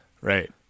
Right